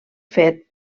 fet